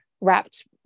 wrapped